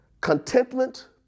contentment